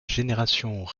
générations